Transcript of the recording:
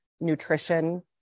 nutrition